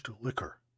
liquor